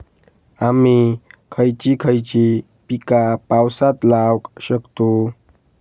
आम्ही खयची खयची पीका पावसात लावक शकतु?